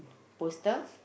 poster